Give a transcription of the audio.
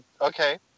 Okay